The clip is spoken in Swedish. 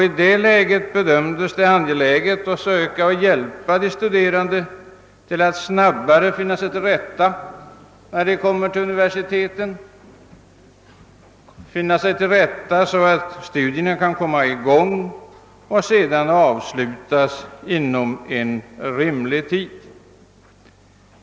I det läget bedömdes det som angeläget att försöka hjälpa de studerande att snabbare finna sig till rätta när de kommer till universiteten, så att studierna kan komma i gång och sedan avslutas inom rimlig tid.